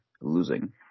losing